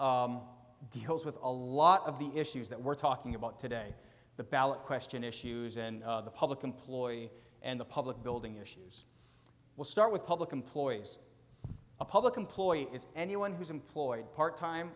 deals with a lot of the issues that we're talking about today the ballot question issues in public employee and the public building issues will start with public employees a public employee is anyone who's employed part time